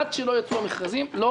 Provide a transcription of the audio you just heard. לא עושים את הכבישים מספיק רחבים.